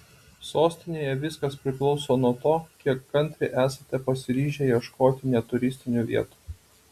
sostinėje viskas priklauso nuo to kiek kantriai esate pasiryžę ieškoti ne turistinių vietų